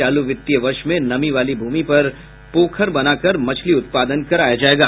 चालू वित्तीय वर्ष में नमी वाली भूमि पर पोखर बनाकर मछली उत्पादन कराया जायेगा